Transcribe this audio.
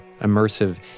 immersive